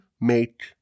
make